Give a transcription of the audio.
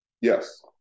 Yes